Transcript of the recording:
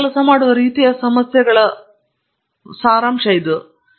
ಜನರು ಕೆಲಸ ಮಾಡುವ ರೀತಿಯ ಸಮಸ್ಯೆಗಳ ಒಂದು ರೀತಿಯ ಸಾರಾಂಶ ಇದು